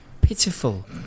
pitiful